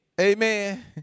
Amen